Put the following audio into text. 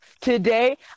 today